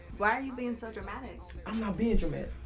why are you being so dramatic? i'm not being dramatic.